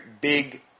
big